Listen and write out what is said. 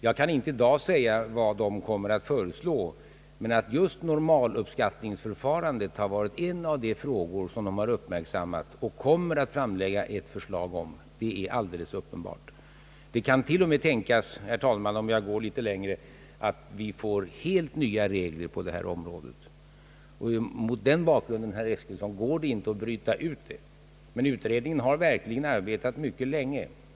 Jag kan i dag inte säga vad utredningen kommer att föreslå, men att just normaluppskattningsförfarandet har varit en av de frågor som den har uppmärksammat och kommer att framlägga förslag om är alldeles uppenbart. Det kan till och med tänkas, herr talman — om jag går litet längre — att vi får helt nya regler på detta område. Mot den bakgrunden, herr Eskilsson, går det inte att bryta ut detta problem. Utredningen har emellertid arbetat mycket länge.